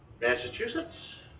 Massachusetts